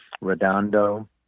Redondo